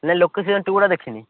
ନାଇଁ ଟୁ ଟା ଦେଖିନି